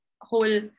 whole